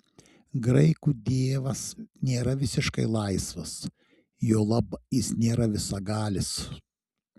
graikų dievas nėra visiškai laisvas juolab jis nėra visagalis